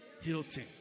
Hilton